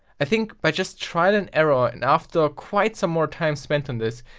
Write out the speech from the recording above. i think by just trial and error, and after quite some more time spend on this,